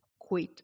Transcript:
quit